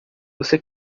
você